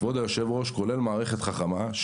כולל מערכת חכמה.